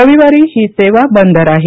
रविवारी ही सेवा बंद राहील